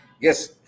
yes